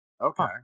Okay